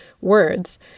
words